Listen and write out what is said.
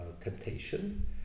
temptation